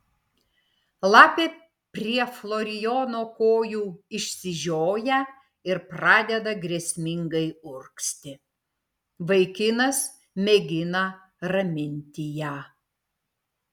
lapė prie florijono kojų išsižioja ir pradeda grėsmingai urgzti vaikinas mėgina raminti ją